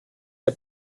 der